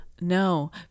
No